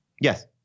Yes